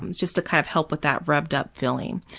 just to kind of help with that revved up feeling,